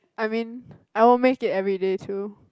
I mean I'll make it everyday too